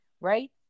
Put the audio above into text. right